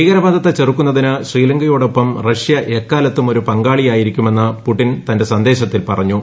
ഭീകരവാദത്തെ ചെറുക്കുന്നതിന് ശ്രീലങ്കയോടൊപ്പം റഷ്യ എക്കാലത്തും ഒരു പങ്കാളിയായിരിക്കുമെന്ന് പുടിൻ തന്റെ സന്ദേശത്തിൽ പറഞ്ഞു